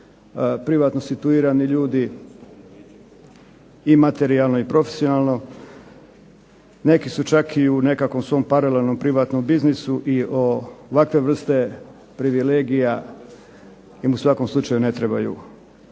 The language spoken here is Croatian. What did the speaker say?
privatno situirani ljudi, i materijalno i profesionalno, neki su čak i u nekakvom svom paralelnom privatnom biznisu i ovakve vrste privilegija im u svakom slučaju ne trebaju